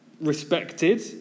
respected